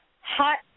hot